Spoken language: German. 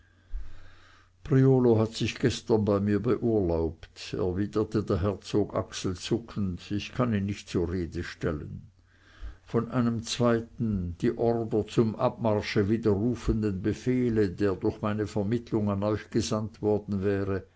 priolo hat sich gestern bei mir beurlaubt erwiderte der herzog achselzuckend ich kann ihn nicht zur rede stellen von einem zweiten die ordre zum abmarsche widerrufenden befehle der durch meine vermittlung an euch gesandt worden wäre